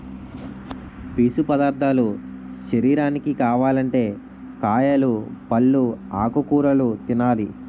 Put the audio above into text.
పీసు పదార్ధాలు శరీరానికి కావాలంటే కాయలు, పల్లు, ఆకుకూరలు తినాలి